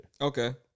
Okay